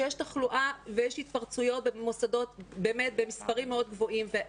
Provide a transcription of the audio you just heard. שיש תחלואה ויש התפרצויות במוסדות במספרים מאוד גבוהים.